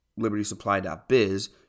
libertysupply.biz